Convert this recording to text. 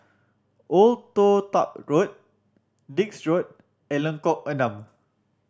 Old Toh Tuck Road Dix Road and Lengkok Enam